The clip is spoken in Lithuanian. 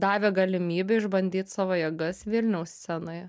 davė galimybių išbandyt savo jėgas vilniaus scenoje